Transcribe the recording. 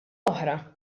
oħra